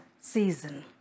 season